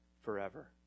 forever